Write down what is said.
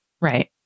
right